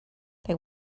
they